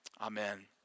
Amen